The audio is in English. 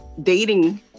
dating